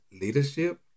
leadership